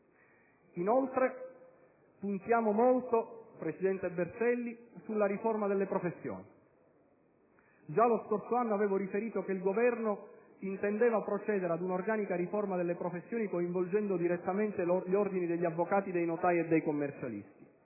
Puntiamo molto anche - presidente Berselli - sulla riforma delle professioni. Già lo scorso anno avevo riferito che il Governo aveva intenzione di procedere ad un'organica riforma delle professioni, coinvolgendo direttamente gli ordini degli avvocati, dei notai e dei commercialisti.